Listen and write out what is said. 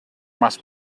must